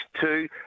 two